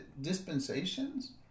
dispensations